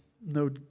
no